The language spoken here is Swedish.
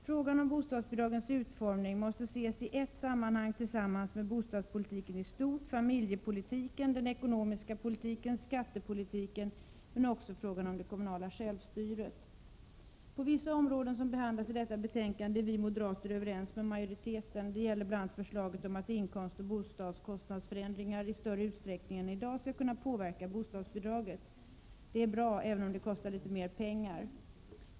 Frågan om bostadsbidragets utformning måste ses i ett sammarihang tillsammans med bostadspolitiken i stort, familjepolitiken, den ekonomiska politiken, skattepolitiken, men också frågan om det kommunala självstyret. På vissa områden som behandlas i detta betänkande är vi moderater överens med majoriteten. Det gäller bl.a. förslaget om att inkomstförändringar och bostadskostnadsförändringar i större utsträckning än i dag skall kunna påverka bostadsbidraget. Det är bra, även om det kostar litet mer pengar.